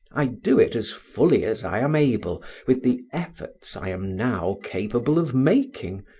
i do it as fully as i am able with the efforts i am now capable of making,